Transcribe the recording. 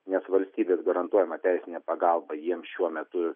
nes valstybės garantuojama teisinė pagalba jiems šiuo metu